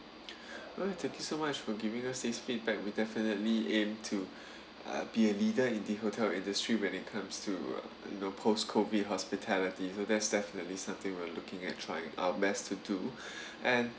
alright thank you so much for giving us this feedback we definitely aim to uh be a leader in the hotel industry when it comes to you know post COVID hospitality so there's definitely something we're looking and trying our best to do and